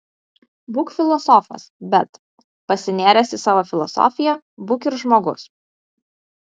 būk filosofas bet pasinėręs į savo filosofiją būk ir žmogus